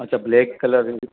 अच्छा black colour